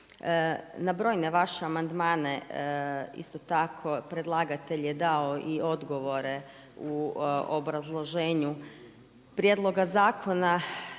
Na brojne vaše amandmane isto tako predlagatelj je dao i odgovore u obrazloženju prijedloga zakona,